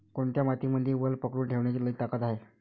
कोनत्या मातीमंदी वल पकडून ठेवण्याची लई ताकद हाये?